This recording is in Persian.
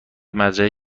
مزرعه